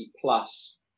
plus